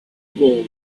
gold